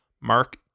Mark